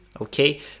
Okay